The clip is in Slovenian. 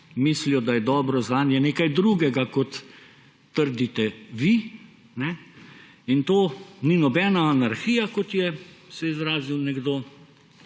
mislijo, da je dobro zanje nekaj drugega, kot trdite vi. In to ni nobena anarhija, kot se je izrazil nekdo